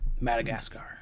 Madagascar